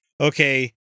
okay